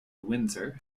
windsor